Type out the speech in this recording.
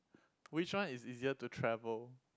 which one is easier to travel